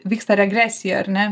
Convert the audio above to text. vyksta regresija ar ne